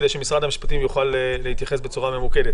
כדי שמשרד המשפטים יוכל להתייחס בצורה ממוקדת.